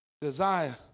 desire